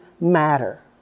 matter